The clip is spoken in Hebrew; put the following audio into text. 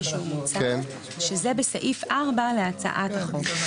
שזה בסעיף 4 להצעת החוק.